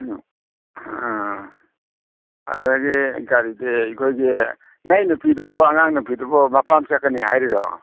ꯎꯝ ꯑꯥ ꯑꯗꯒꯤ ꯒꯥꯔꯤꯗꯤ ꯑꯩꯈꯣꯏꯒꯤ ꯅꯪꯒꯤ ꯅꯨꯄꯤꯗꯨꯕꯨ ꯑꯉꯥꯡ ꯅꯨꯄꯤꯗꯨꯕꯨ ꯃꯄꯥꯝ ꯆꯠꯀꯅꯤ ꯍꯥꯏꯔꯤꯔꯣ